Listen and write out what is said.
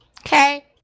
Okay